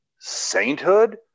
sainthood